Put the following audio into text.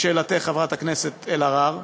לשאלתך, חברת הכנסת אלהרר,